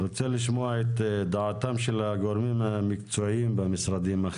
לשמוע את דעתם של הגורמים המקצועיים במשרדים.